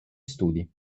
studi